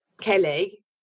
Kelly